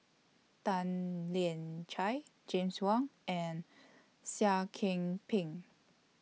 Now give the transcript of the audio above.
Tan Lian Chye James Wong and Seah Kian Peng